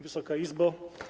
Wysoka Izbo!